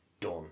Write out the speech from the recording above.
done